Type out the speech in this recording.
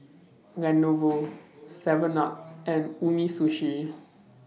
Lenovo Seven up and Umisushi